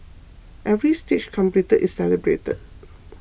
every stage completed is celebrated